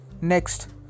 Next